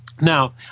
Now